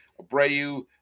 Abreu